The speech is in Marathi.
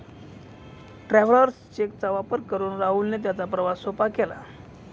ट्रॅव्हलर्स चेक चा वापर करून राहुलने त्याचा प्रवास सोपा केला